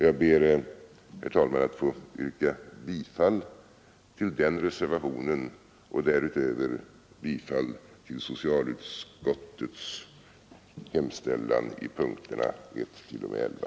Jag ber, herr talman, att få yrka bifall till reservationen 6 och därutöver bifall till socialutskottets hemställan under punkterna 1 t.o.m. 11.